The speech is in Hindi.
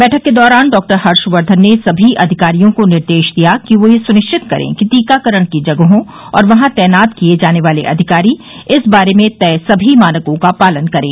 बैठक के दौरान डॉ हर्षवर्धन ने सभी अधिकारियों को निर्देश दिया कि वे ये सुनिश्चित करें कि टीकाकरण की जगहों और वहां तैनात किये जाने वाले अधिकारी इस बारे में तय सभी मानकों का पालन करें